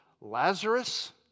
Lazarus